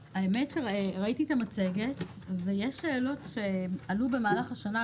ראיתי את המצגת ויש שאלות שעלו במהלך השנה,